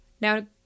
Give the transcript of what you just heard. Now